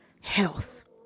health